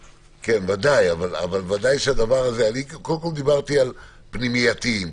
ודאי, אבל אני דיברתי על פנימייתיים.